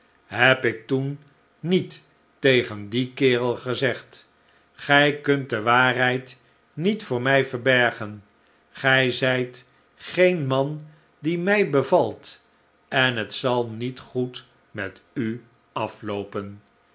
heb ik toen niet tegen dien kerel gezegd gij kunt de waarheid niet voor mij verbergen gij zijt geen man die mij bevalt en het zal niet goed met uafloopen